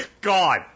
God